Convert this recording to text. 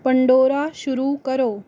Pandora शुरू करो